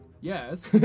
Yes